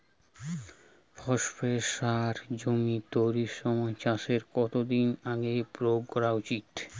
Phosphate সার জমি তৈরির সময় চাষের কত দিন আগে প্রয়োগ করা উচিৎ?